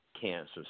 cancer